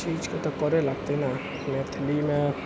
चीजके तऽ करै लगतै ने मैथिलीमे